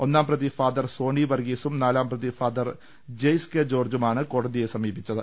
ഒന്നാം പ്രതി ഫാദർ സോണി വർഗീസും നാലാം പ്രതി ഫാദർ ജെയ്സ് കെ ജോർജ്ജുമാണ് കോടതിയെ സമീപിച്ചത്